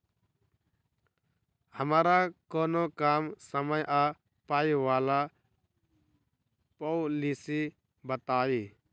हमरा कोनो कम समय आ पाई वला पोलिसी बताई?